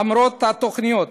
למרות התוכניות